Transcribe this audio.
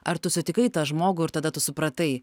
ar tu sutikai tą žmogų ir tada tu supratai